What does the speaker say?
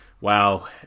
wow